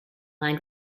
lined